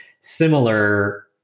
similar